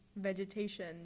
vegetation